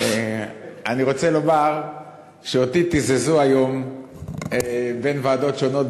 אני רוצה לומר שאותי תיזזו היום בין ועדות שונות,